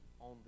on